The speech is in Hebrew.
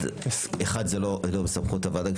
אחד זה לא בסמכות הוועדה.